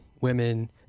women